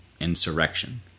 insurrection